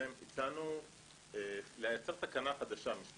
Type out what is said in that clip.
ומשלמים יותר ובסוף